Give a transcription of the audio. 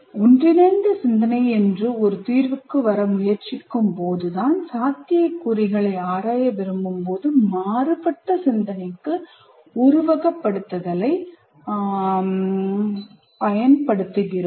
ஒன்றிணைந்த சிந்தனை என்று ஒரு தீர்வுக்கு வர முயற்சிக்கும்போது ஒன்றிணைந்த சிந்தனைக்கும் சாத்தியக்கூறுகளை ஆராய விரும்பும்போது மாறுபட்ட சிந்தனைக்கும் உருவகப்படுத்துதலைப் பயன்படுத்துகிறோம்